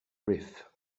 rif